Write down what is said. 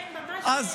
זה ממש כבשת הרש.